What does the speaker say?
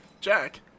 Jack